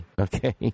okay